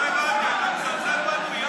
לא הבנתי, אתה מזלזל בנו?